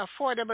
Affordable